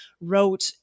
wrote